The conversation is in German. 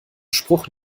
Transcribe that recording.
spruch